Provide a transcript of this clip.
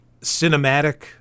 cinematic